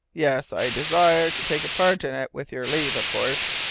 yes, i desire to take part in it with your leave, of course.